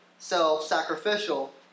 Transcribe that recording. Self-sacrificial